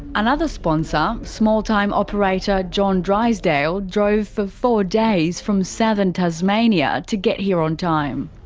another sponsor, small time operator john drysdale, drove for four days from southern tasmania to get here on time.